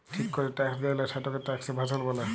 ঠিক ক্যরে ট্যাক্স দেয়লা, সেটকে ট্যাক্স এভাসল ব্যলে